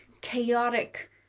chaotic